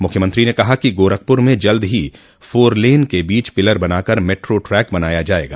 मुख्यमंत्री ने कहा कि गोरखपुर में जल्द ही फोर लेन के बीच पिलर बनाकर मेट्रो ट्रैक बनाया जायेगा